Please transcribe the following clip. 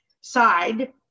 side